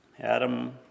Adam